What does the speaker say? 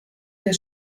der